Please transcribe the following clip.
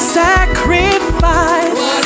sacrifice